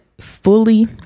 fully